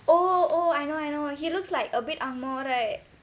oh oh I know I know he looks like a bit ang moh right